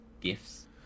gifts